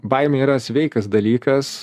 baimė yra sveikas dalykas